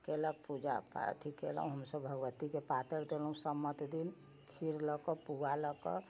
केलक पूजा पाठ केलहुँ हमसब भगवतीके पातरि देलहुँ सम्मत दिन खीर लऽ कऽ पुआ लऽ कऽ